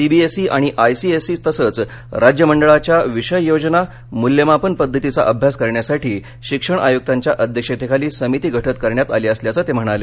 CBSE आणि ICSE तसंच राज्य मंडळाच्या विषय योजना मूल्यमापन पद्धतीचा अभ्यास करण्यासाठी शिक्षण आयुक्तांच्या अध्यक्षतेखाली समिती गठित करण्यात आली असल्याचंते म्हणाले